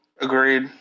Agreed